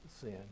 sin